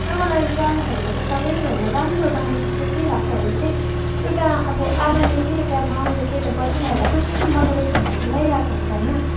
र मलाई चराहरूको चाहिँ सबैभन्दा राम्रो बानी चाहिँ के लाग्छ भने चाहिँ एउटा अब आमाले चाहिँ एउटा माउले चाहिँ एउटा बच्चाहरूलाई कस्तो मज्जाले खाना खिलाइरहेको हुन्छ होइन